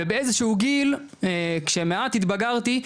ובאיזה שהוא גיל כשמעט התבגרתי,